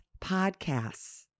podcasts